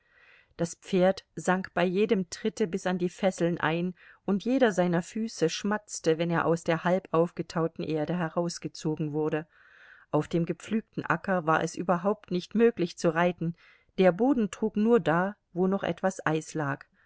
das pferd sank bei jedem tritte bis an die fesseln ein und jeder seiner füße schmatzte wenn er aus der halb aufgetauten erde herausgezogen wurde auf dem gepflügten acker war es überhaupt nicht möglich zu reiten der boden trug nur da wo noch etwas eis lag